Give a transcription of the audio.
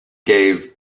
gave